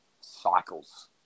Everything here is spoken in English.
Cycles